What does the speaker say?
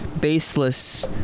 baseless